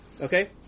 Okay